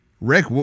Rick